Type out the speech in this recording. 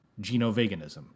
Genoveganism